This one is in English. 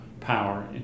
power